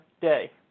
day